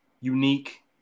unique